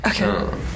Okay